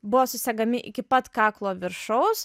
buvo susegami iki pat kaklo viršaus